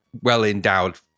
well-endowed